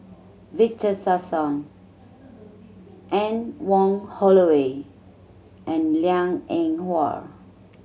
Victor Sassoon Anne Wong Holloway and Liang Eng Hwa